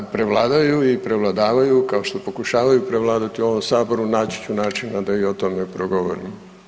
Kad prevladaju i prevladavaju kao što pokušavaju prevladati u ovom Saboru naći ću načina da i o tome progovorim.